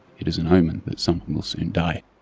it is an omen that someone will soon die.